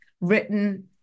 written